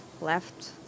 left